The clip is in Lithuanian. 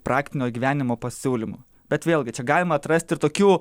praktinio gyvenimo pasiūlymų bet vėlgi čia galima atrasti ir tokių